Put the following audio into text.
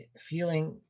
feeling